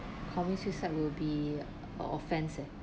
commit suicide will be a offence eh